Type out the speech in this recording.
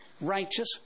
Righteous